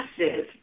massive